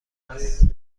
است